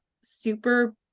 super